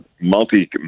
multi